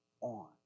on